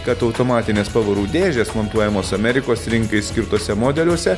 kad automatinės pavarų dėžės montuojamos amerikos rinkai skirtuose modeliuose